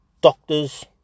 doctors